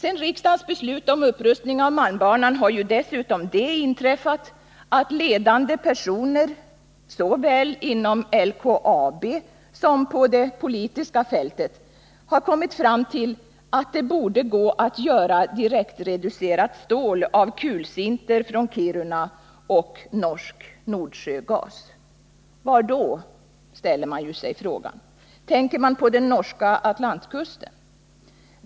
Efter riksdagens beslut om upprustning av malmbanan har det dessutom inträffat att ledande personer — såväl inom LKAB som på det politiska fältet — har kommit fram till att det borde gå att göra direktreducerat stål av kulsinter från Kiruna och norsk Nordsjögas. Var då, frågar man sig. Tänker man på den norska Atlantkusten?